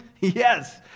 Yes